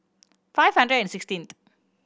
five hundred and sixteenth